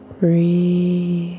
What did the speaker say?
Breathe